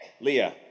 Leah